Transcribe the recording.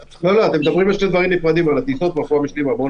אתם מדברים על שני דברים נפרדים: על טיסות ועל רפואה משלימה.